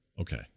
Okay